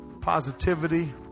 Positivity